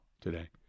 today